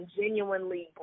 genuinely